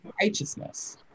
righteousness